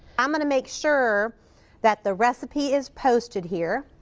i'm going to make sure that the recipe is posted here.